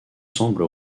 semble